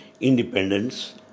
independence